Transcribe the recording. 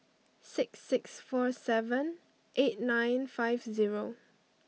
six six four seven eight nine five zero